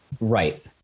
right